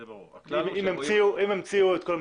כמובן אם המציאו את כל המסמכים.